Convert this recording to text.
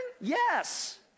Yes